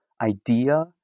idea